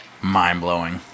mind-blowing